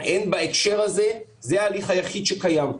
בהקשר הזה זה ההליך היחיד שקיים.